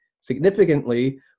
significantly